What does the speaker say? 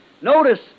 notice